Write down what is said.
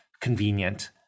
convenient